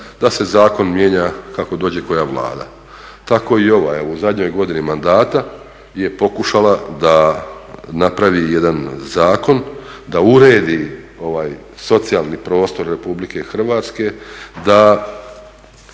da se zakon mijenja kako dođe koja Vlada. Tako i ovaj, evo u zadnjoj godini mandata je pokušala da napravi jedan zakon, da uredi ovaj socijalni prostor RH, da